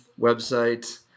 website